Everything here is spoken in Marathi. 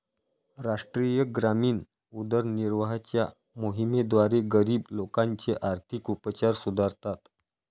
राष्ट्रीय ग्रामीण उदरनिर्वाहाच्या मोहिमेद्वारे, गरीब लोकांचे आर्थिक उपचार सुधारतात